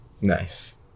nice